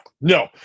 no